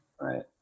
Right